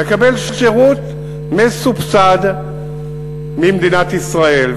לקבל שירות מסובסד ממדינת ישראל.